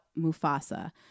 Mufasa